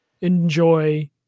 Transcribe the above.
enjoy